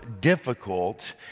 difficult